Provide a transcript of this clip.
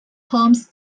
homes